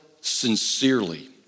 sincerely